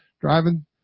driving